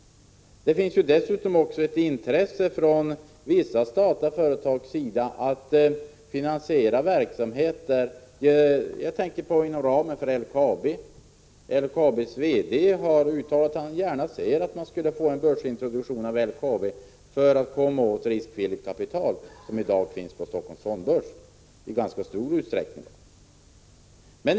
Det finns också ett intresse från vissa statliga företags sida för att finansiera verksamhet på annat sätt. Bl. a. har LKAB:s VD uttalat att han gärna ser en börsintroduktion av LKAB för att företaget skall få tillgång till riskvilligt kapital som i dag i ganska stor utsträckning finns på Helsingforss fondbörs.